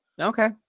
Okay